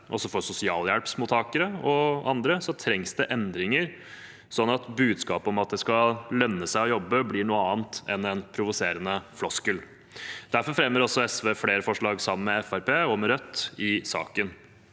for sosialhjelpsmottakere og andre, trengs det endringer, sånn at budskapet om at det skal lønne seg å jobbe, blir noe annet enn en provoserende floskel. Derfor fremmer også SV flere forslag, sammen med Fremskrittspartiet og med Rødt, i saken.